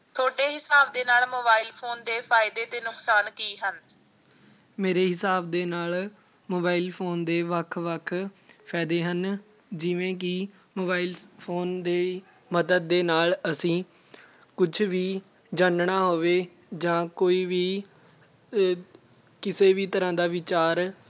ਤੁਹਾਡੇ ਹਿਸਾਬ ਦੇ ਨਾਲ ਮੋਬਾਇਲ ਫੋਨ ਦੇ ਫਾਇਦੇ ਅਤੇ ਨੁਕਸਾਨ ਕੀ ਹਨ ਮੇਰੇ ਹਿਸਾਬ ਦੇ ਨਾਲ ਮੋਬਾਇਲ ਫੋਨ ਦੇ ਵੱਖ ਵੱਖ ਫਾਇਦੇ ਹਨ ਜਿਵੇਂ ਕਿ ਮੋਬਾਇਲਸ ਫੋਨ ਦੀ ਮਦਦ ਦੇ ਨਾਲ ਅਸੀਂ ਕੁਛ ਵੀ ਜਾਣਨਾ ਹੋਵੇ ਜਾਂ ਕੋਈ ਵੀ ਕਿਸੇ ਵੀ ਤਰ੍ਹਾਂ ਦਾ ਵਿਚਾਰ